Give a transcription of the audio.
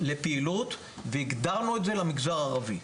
לפעילות, והגדרנו את זה למגזר הערבי.